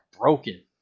broken